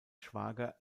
schwager